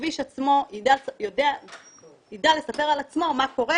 הכביש עצמו יידע לספר על עצמו מה קורה